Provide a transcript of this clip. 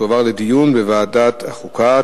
תועבר לדיון בוועדת החוקה.